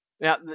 Now